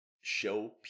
Show